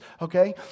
Okay